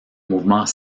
mouvement